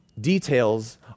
details